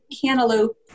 cantaloupe